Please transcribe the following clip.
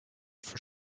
for